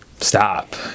stop